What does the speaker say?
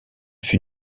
fut